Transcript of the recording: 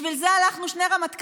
בשביל זה הלכנו, שני רמטכ"לים,